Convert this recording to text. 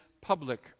public